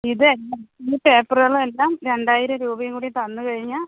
ഇത് ഈ പേപ്പറുകളും എല്ലാം രണ്ടായിരം രൂപയും കൂടി തന്നുകഴിഞ്ഞാൽ